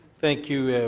thank you.